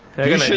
hey,